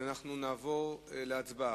אנחנו נעבור להצבעה.